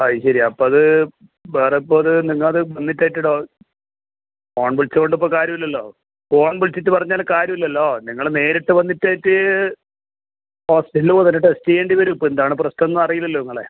അതു ശരി അപ്പോൾ അത് വേറെ അപ്പോൾ അത് നിങ്ങൾ അത് ഫോൺ വിളിച്ചതു കൊണ്ടിപ്പം കാര്യമില്ലല്ലോ ഫോൺ വിളിച്ചിട്ട് പറഞ്ഞാൽ കാര്യമില്ലല്ലോ നിങ്ങൾ നേരിട്ട് വന്നിട്ട് ഹോസ്പിറ്റലിൽ പോയിട്ട് ടെസ്റ്റ് ചെയ്യേണ്ടി വരും ഇപ്പോൾ എന്താണ് പ്രശ്നം എന്ന് അറിയില്ലല്ലോ നിങ്ങളെ